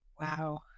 Wow